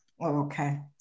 Okay